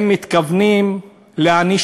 את מי הם מתכוונים להעניש?